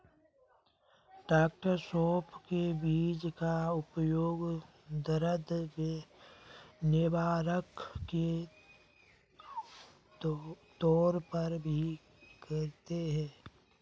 डॉ सौफ के बीज का उपयोग दर्द निवारक के तौर पर भी करते हैं